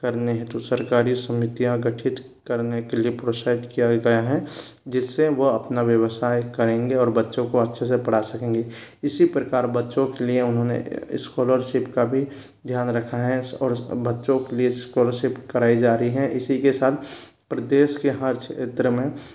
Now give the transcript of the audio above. करने हेतु सरकारी समितियाँ गठित करने के लिये प्रोत्साहित किया गया है जिससे वह अपना व्यवसाय करेंगे और बच्चों को अच्छे से पढ़ा सकेंगे इसी प्रकार बच्चों के लिये उन्होंने स्कोलरसिप का भी ध्यान रखा है और बच्चों के लिये स्कॉलरशिप कराई जा रही है इसी के साथ प्रदेश के हर क्षेत्र में